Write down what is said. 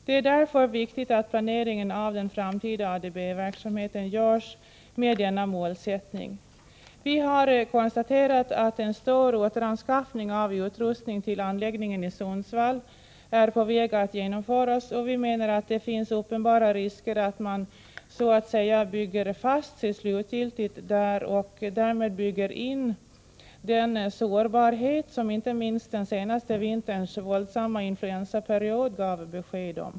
Det är viktigt att planeringen av den framtida ADB-verksamheten görs med denna målsättning. Vi har konstaterat att en stor återanskaffning av utrustning till anläggningen i Sundsvall är på väg att genomföras, och vi menar att det finns uppenbara risker att man slutgiltigt så att säga bygger fast sig där och därmed bygger in den sårbarhet som inte minst den senaste vinterns våldsamma influensaperiod gav besked om.